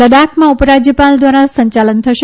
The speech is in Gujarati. લદાખમાં ઉપરાજ્યપાલ દ્વારા સંચાલન થશે